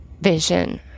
vision